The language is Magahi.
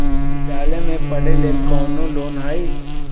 विद्यालय में पढ़े लेल कौनो लोन हई?